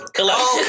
Collect